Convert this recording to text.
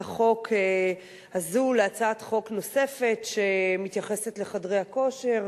החוק הזאת להצעת חוק נוספת שמתייחסת לחדרי הכושר,